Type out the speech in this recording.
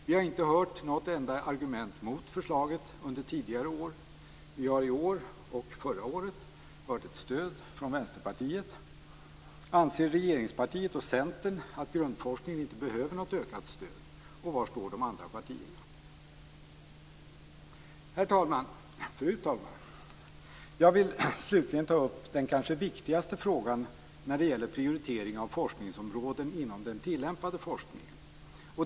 Vi har inte hört något enda argument mot förslaget under tidigare år. I år och förra året har vi hört ett stöd från Vänsterpartiet. Anser regeringspartiet och Centern att grundforskningen inte behöver något ökat stöd? Och var står de andra partierna? Fru talman! Jag vill slutligen ta upp den kanske viktigaste frågan när det gäller prioritering av forskningsområden inom den tillämpade forskningen.